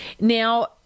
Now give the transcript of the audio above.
Now